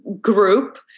group